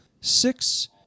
Six